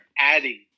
adding